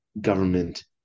government